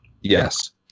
Yes